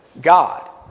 God